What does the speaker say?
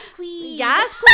Yes